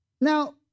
Now